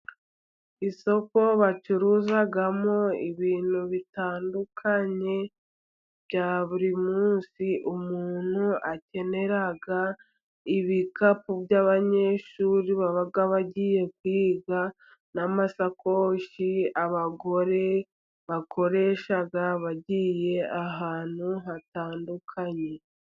Isoko bacuruzamo ibintu bitandukanye bya buri munsi, umuntu akenera. Ibikapu by'abanyeshuri baba bagiye kwiga, n'amasakoshi abagore bakoresha bagiye ahantu hatandukanye.